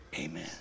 amen